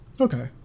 Okay